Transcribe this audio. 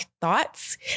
thoughts